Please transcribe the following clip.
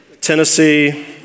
Tennessee